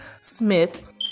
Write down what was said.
Smith